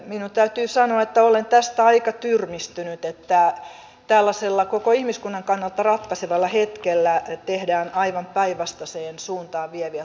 minun täytyy sanoa että olen tästä aika tyrmistynyt että tällaisella koko ihmiskunnan kannalta ratkaisevalla hetkellä tehdään aivan päinvastaiseen suuntaan vieviä taloudellisia päätöksiä